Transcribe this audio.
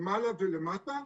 למעלה ולמטה.